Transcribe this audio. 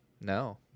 No